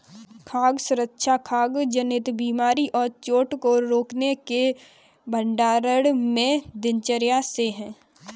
खाद्य सुरक्षा खाद्य जनित बीमारी और चोट को रोकने के भंडारण में दिनचर्या से है